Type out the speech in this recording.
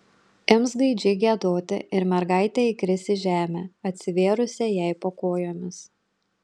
ims gaidžiai giedoti ir mergaitė įkris į žemę atsivėrusią jai po kojomis